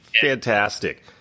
fantastic